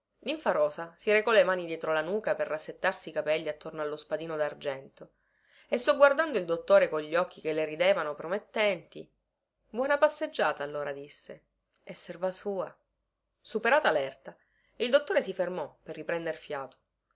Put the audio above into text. davvero ninfarosa si recò le mani dietro la nuca per rassettarsi i capelli attorno allo spadino dargento e sogguardando il dottore con gli occhi che le ridevano promettenti buona passeggiata allora disse e serva sua superata lerta il dottore si fermò per riprender fiato